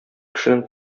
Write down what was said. кешенең